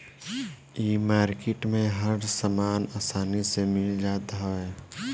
इ मार्किट में हर सामान आसानी से मिल जात हवे